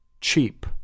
Cheap